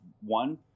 one